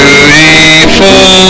Beautiful